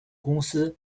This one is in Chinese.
公司